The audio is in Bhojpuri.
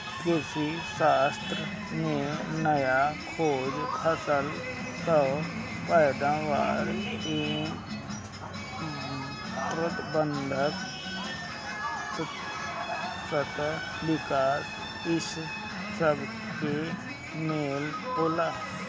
कृषिशास्त्र में नया खोज, फसल कअ पैदावार एवं प्रबंधन, सतत विकास इ सबके मेल होला